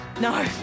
No